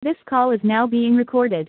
this call is now being recorded